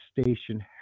station